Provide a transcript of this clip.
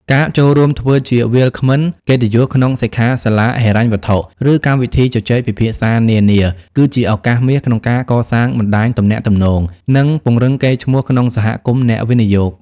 ការចូលរួមធ្វើជាវាគ្មិនកិត្តិយសក្នុងសិក្ខាសាលាហិរញ្ញវត្ថុ ឬកម្មវិធីជជែកពិភាក្សានានា គឺជាឱកាសមាសក្នុងការកសាងបណ្ដាញទំនាក់ទំនង និងពង្រឹងកេរ្តិ៍ឈ្មោះក្នុងសហគមន៍អ្នកវិនិយោគ។